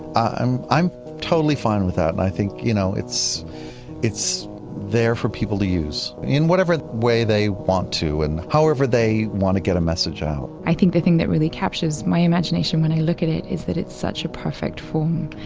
i'm i'm totally fine with that and i think you know it's it's there for people to use in whatever way they want to and however, they want to get a message out i think the thing that really captures my imagination when i look at it is that it's such a perfect form.